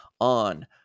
on